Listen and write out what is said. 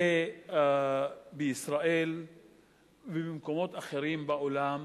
בישראל ובמקומות אחרים בעולם